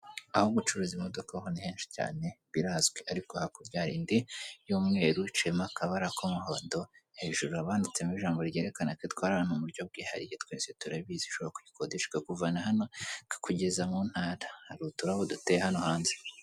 Aho gucuruza imodoka ho ni henshi cyane, birazwi. Ariko hakurya hari indi y'umweru iciyemo akabara k'umuhondo, hejuru haba banditsemo ijambo ryerekana ko itwara abantu mu buryo bwihariye twese turabizi. Ushobora kuyikodesha ikakuvana hano ikakugeza mu ntara. Hari utuhu duteye hano hanze.